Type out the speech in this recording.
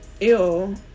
ew